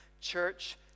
church